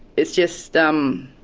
it's just, um